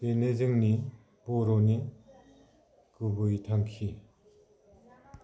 बेनो जोंनि बर'नि गुबै थांखि